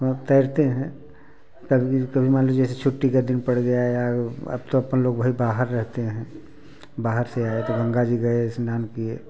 हम लोग तैरते हैं कभी कभी मान लीजिए जैसे छुट्टी का दिन पड़ गया या अब तो अपन लोग वही बाहर रहते हैं बाहर से आए तो गंगा जी गए स्नान किए